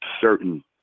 certain